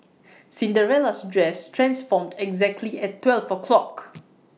Cinderella's dress transformed exactly at twelve o'clock